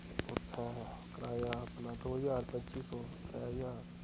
ते उत्थें कराया अपना दो ज्हार पच्ची सौ त्रै ज्हार